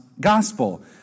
gospel